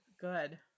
Good